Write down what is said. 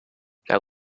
now